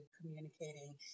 communicating